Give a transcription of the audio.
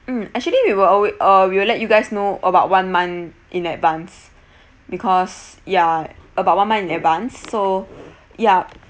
mm actually we will alway~ uh we will let you guys know about one month in advance because ya about one month in advance so yup